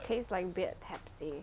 taste like weird Pepsi